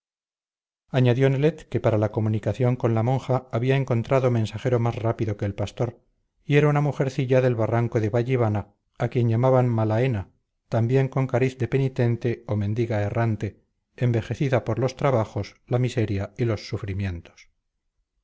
añadió nelet que para la comunicación con la monja había encontrado mensajero más rápido que el pastor y era una mujercita del barranco de vallivana a quien llamaban malaena también con cariz de penitente o mendiga errante envejecida por los trabajos la miseria y los sufrimientos